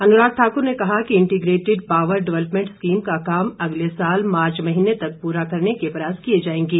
अनुराग ठाकूर ने कहा कि इंटीग्रेटिड पावर डेवलपमेंट स्कीम का काम अगले साल मार्च महीने तक पूरा करने के प्रयास किए जाएंगे